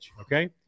Okay